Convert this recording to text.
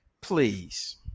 please